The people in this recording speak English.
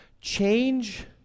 change